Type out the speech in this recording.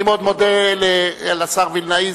אני מאוד מודה לשר וילנאי,